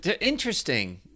interesting